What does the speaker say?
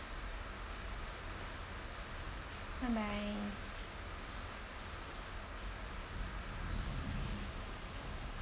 bye bye